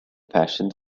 fashioned